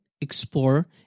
explore